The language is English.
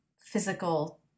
physical